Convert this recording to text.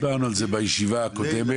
דיברנו על זה בישיבה הקודמת.